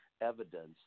evidence